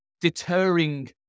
deterring